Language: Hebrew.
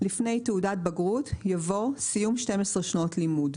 לפני "תעודת בגרות" יבוא "סיום 12 שנות לימוד".